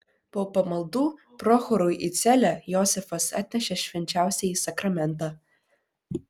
po pamaldų prochorui į celę josifas atnešė švenčiausiąjį sakramentą